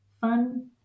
fun